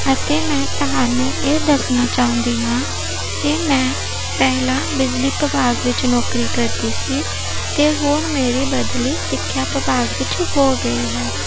ਅਤੇ ਮੈਂ ਤੁਹਾਨੂੰ ਇਹ ਦੱਸਣਾ ਚਾਹੁੰਦੀ ਹਾਂ ਕਿ ਮੈਂ ਪਹਿਲਾਂ ਬਿਜਲੀ ਵਿਭਾਗ ਵਿੱਚ ਨੌਕਰੀ ਕਰਦੀ ਸੀ ਤੇ ਹੁਣ ਮੇਰੀ ਬਦਲੀ ਸਿੱਖਿਆ ਵਿਭਾਗ ਵਿੱਚ ਹੋ ਗਈ ਹੈ